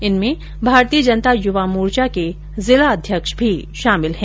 इनमें भारतीय जनता युवा मोर्चा के जिला अध्यक्ष भी शामिल है